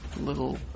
Little